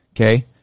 Okay